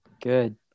Good